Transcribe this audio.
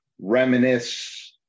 reminisce